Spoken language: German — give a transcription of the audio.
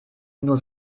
nur